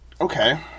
Okay